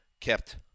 kept